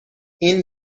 این